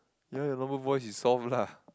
ya your normal voice is soft lah